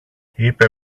είπε